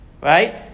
right